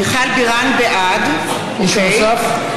מיכל בירן, בעד מישהו נוסף?